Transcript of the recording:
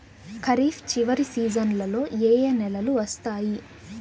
ఖరీఫ్ చివరి సీజన్లలో ఏ ఏ నెలలు వస్తాయి